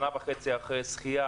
שנה וחצי אחרי הזכייה,